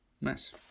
Nice